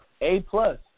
A-plus